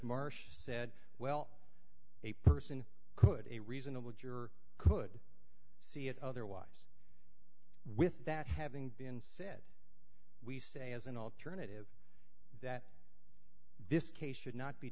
marsh said well a person could a reasonable juror could see it otherwise with that having been said we say as an alternative that this case should not be